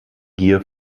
gier